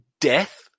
death